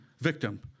victim